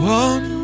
one